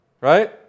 right